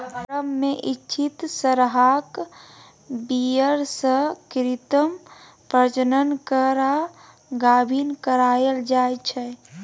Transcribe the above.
firm मे इच्छित सरहाक बीर्य सँ कृत्रिम प्रजनन करा गाभिन कराएल जाइ छै